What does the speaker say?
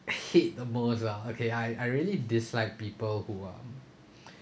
hate the most ah okay I I really dislike people who are